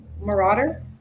Marauder